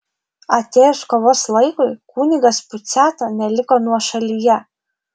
atėjus kovos laikui kunigas puciata neliko nuošalyje